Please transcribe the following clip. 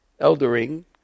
eldering